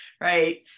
Right